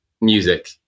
music